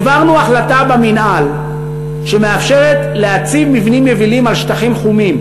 העברנו החלטה במינהל שמאפשרת להציב מבנים יבילים על שטחים חומים,